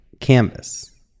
canvas